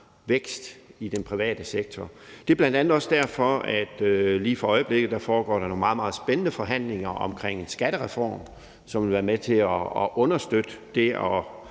vækst i den private sektor. Det er bl.a. også derfor, at der lige for øjeblikket foregår nogle meget, meget spændende forhandlinger omkring en skattereform, som vil være med til at understøtte det at